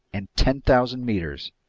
and ten thousand meters,